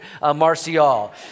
Marcial